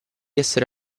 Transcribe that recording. essere